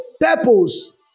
purpose